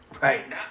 Right